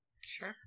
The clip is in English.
Sure